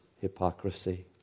hypocrisy